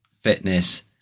fitness